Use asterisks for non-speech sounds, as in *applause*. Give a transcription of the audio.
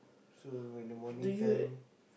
so when the morning time *noise*